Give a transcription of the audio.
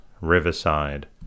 Riverside